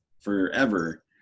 forever